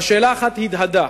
אבל שאלה אחת הדהדה: